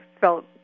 felt